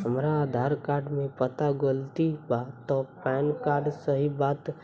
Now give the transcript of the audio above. हमरा आधार कार्ड मे पता गलती बा त पैन कार्ड सही बा त